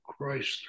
Chrysler